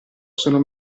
sono